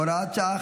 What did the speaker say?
הוראת שעה,